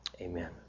amen